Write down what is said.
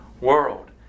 world